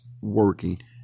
working